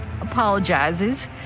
apologizes